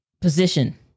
position